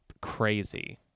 crazy